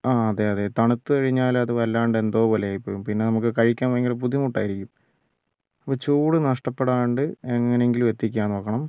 ആ അതെ അതെ തണുത്തു കഴിഞ്ഞാല് അത് വല്ലാണ്ട് എന്തോ പോലെ ആയിപ്പോവും പിന്നെ നമുക്ക് കഴിക്കാന് ഭയങ്കര ബുദ്ധിമുട്ടായിരിക്കും അപ്പോൾ ചൂട് നഷ്ടപ്പെടാണ്ട് എങ്ങനെയെങ്കിലും എത്തിക്കാന് നോക്കണം